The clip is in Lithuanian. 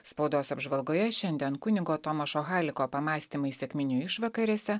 spaudos apžvalgoje šiandien kunigo tomašo haliko pamąstymai sekminių išvakarėse